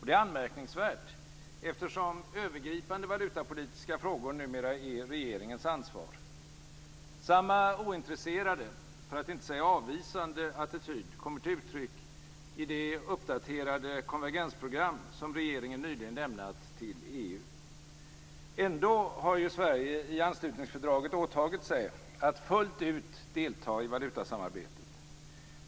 Det är anmärkningsvärt, eftersom övergripande valutapolitiska frågor numera är regeringens ansvar. Samma ointresserade, för att inte säga avvisande, attityd kommer till uttryck i det uppdaterade konvergensprogram som regeringen nyligen lämnat till EU. Ändå har ju Sverige i anslutningsfördraget åtagit sig att fullt ut delta i valutasamarbetet.